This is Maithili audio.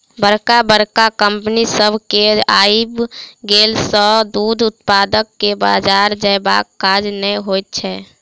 बड़का बड़का कम्पनी सभ के आइब गेला सॅ दूध उत्पादक के बाजार जयबाक काज नै होइत छै